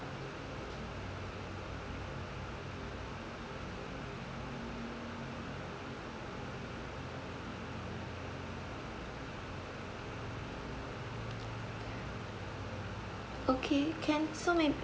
okay can so may